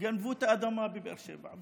גנבו את האדמה בבאר שבע.